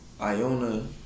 Iona